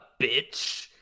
bitch